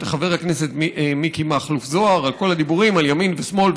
ואת חבר הכנסת מיקי מכלוף זוהר וכל הדיבורים על ימין ושמאל,